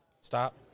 stop